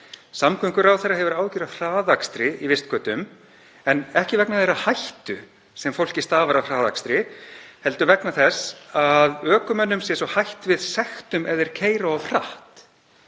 Samgönguráðherra hefur áhyggjur af hraðakstri í vistgötum en ekki vegna þeirrar hættu sem fólki stafar af hraðakstri heldur vegna þess að ökumönnum sé svo hætt við sektum ef þeir keyra of hratt.